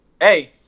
Hey